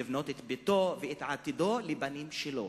לבנות את ביתו ואת עתידו לבנים שלו.